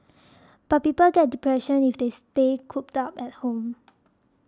but people get depression if they stay cooped up at home